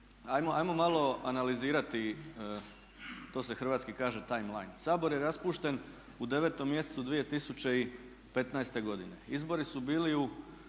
ajmo malo analizirati, to se hrvatski kaže timeline. Sabor je raspušten u 9. mjesecu 2015. godine. Izbori su bili u